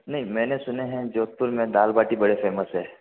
नहीं मैंने सुना हैं जोधपुर मे दाल बाटी बड़ी फ़ेमस है